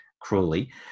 cruelly